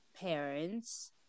parents